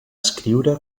escriure